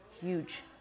huge